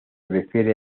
refiere